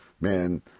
Man